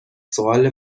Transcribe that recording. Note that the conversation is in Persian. سوال